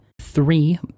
three